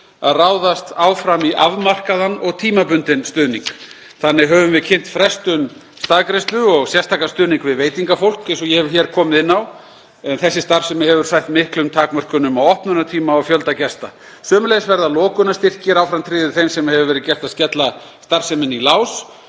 að ráðast áfram í afmarkaðan og tímabundinn stuðning. Þannig höfum við kynnt frestun staðgreiðslu og sérstakan stuðning við veitingafólk, eins og ég hef hér komið inn á, en þessi starfsemi hefur sætt miklum takmörkunum á opnunartíma og fjölda gesta. Sömuleiðis verða lokunarstyrkir áfram tryggðir þeim sem hefur verið gert að skella starfsemi sinni í lás